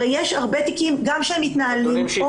הרי יש הרבה תיקים גם שמתנהלים או תיקים